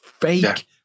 fake